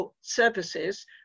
services